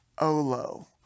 Olo